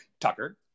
Tucker